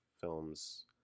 films